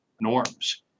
norms